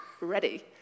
ready